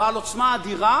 בעל עוצמה אדירה